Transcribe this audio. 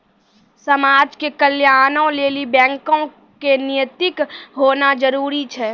समाज के कल्याणों लेली बैको क नैतिक होना जरुरी छै